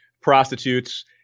prostitutes